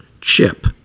chip